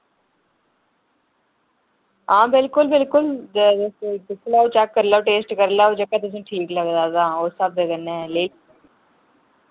हां बिल्कुल बिल्कुल दिक्खी लाओ चैक्क करी लाओ टेस्ट करी लाओ जेह्का तुसें ठीक लगदा तां उस स्हाबै कन्नै ले